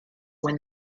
when